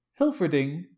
Hilferding